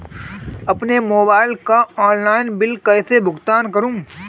अपने मोबाइल का online bill कैसे भुगतान करूं?